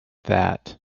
that